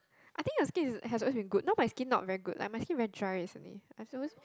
I think your skin is has always been good now my skin not very good like my skin very dry recently as always